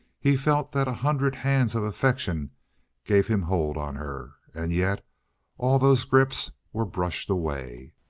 he felt that a hundred hands of affection gave him hold on her. and yet all those grips were brushed away.